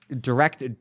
direct